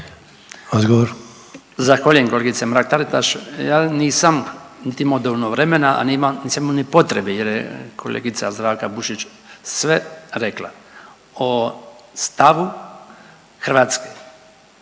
(HDZ)** Zahvaljujem kolegice Mrak Taritaš. Ja nisam niti imao dovoljno vremena, a nisam imao ni potrebe jer je kolegica Zdravka Bušić sve rekla o stavu Hrvatske